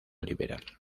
liberal